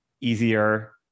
easier